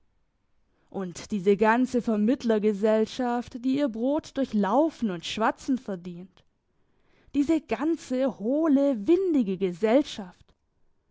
und diese ganze vermittlergesellschaft die ihr brot durch laufen und schwatzen verdient diese ganze hohle windige gesellschaft